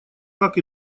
как